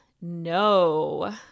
No